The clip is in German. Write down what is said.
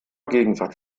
gegensatz